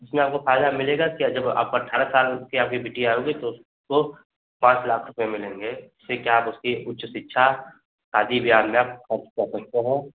इसमें आपको फ़ायदा मिलेगा क्या जब आप अठारह साल की आपकी बिटिया होगी तो उसको पाँच लाख रुपये मिलेंगे उससे क्या आप उसकी उच्च शिक्षा शादी ब्याह में आप खर्च कर सकते हैं